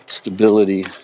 stability